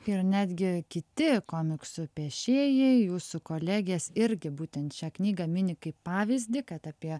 ir netgi kiti komiksų piešėjai jūsų kolegės irgi būtent šią knygą mini kaip pavyzdį kad apie